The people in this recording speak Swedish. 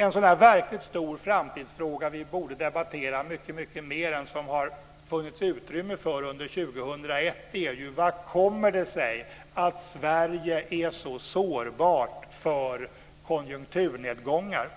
En sådan här verkligt stor framtidsfråga vi borde debattera mycket mer än som har funnits utrymme för under 2001 är ju: Vad kommer det sig att Sverige är så sårbart för konjunkturnedgångar?